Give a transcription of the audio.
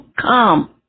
come